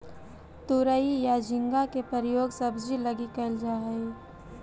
तुरई या झींगा के प्रयोग सब्जी लगी कैल जा हइ